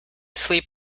sleep